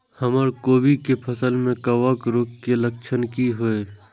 हमर कोबी के फसल में कवक रोग के लक्षण की हय?